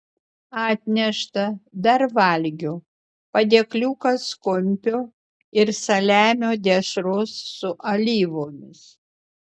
atnešta dar valgio padėkliukas kumpio ir saliamio dešros su alyvomis